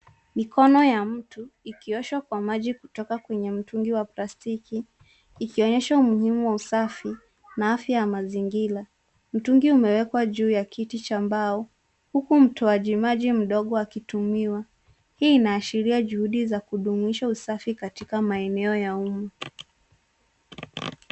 Mikono ya mtu ikioshwa kwa maji kutoka kwenye mtungi wa plastiki ikionyesha umuhimu wa usafi na afya ya mazingira. Mtungi umewekwa juu ya kiti cha mbao huku mtoaji maji mdogo akitumiwa. Hii inaashiria juhudi za kudumisha usafi katika maeneo ya umma.